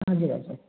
हजुर हजुर